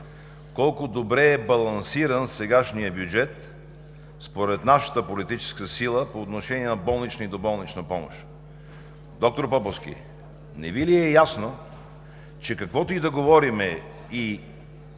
колко добре е балансиран сегашният бюджет според нашата политическа сила по отношение на болнична и доболнична помощ. Доктор Поповски, не Ви ли е ясно, че каквото и да говорим –